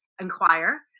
inquire